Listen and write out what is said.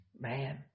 man